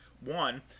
One